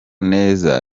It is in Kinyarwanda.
neza